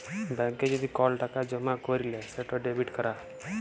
ব্যাংকে যদি কল টাকা জমা ক্যইরলে সেট ডেবিট ক্যরা